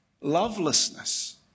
lovelessness